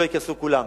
לא ייכנסו כולם.